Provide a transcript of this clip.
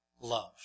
love